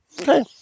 Okay